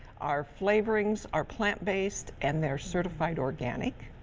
our flavorings are plant based and they're certified organic.